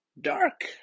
Dark